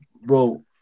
bro